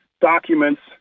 documents